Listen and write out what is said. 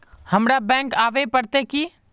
हमरा बैंक आवे पड़ते की?